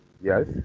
Yes